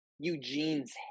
Eugene's